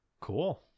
Cool